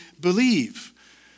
believe